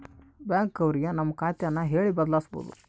bank ಅವ್ರಿಗೆ ನಮ್ ಖಾತೆ ನ ಹೇಳಿ ಬದಲಾಯಿಸ್ಬೋದು